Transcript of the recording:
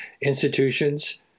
institutions